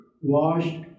...washed